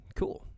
cool